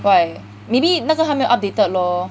why maybe 那个还没有 updated lor